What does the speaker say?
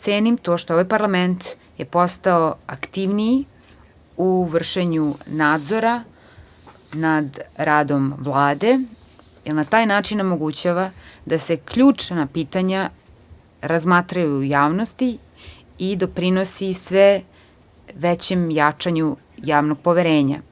Cenim to što je ovaj parlament postao aktivniji u vršenju nadzora nad radom Vlade jer na taj način omogućava da se ključna pitanja razmatraju u javnosti i doprinosi se većem jačanju javnog poverenja.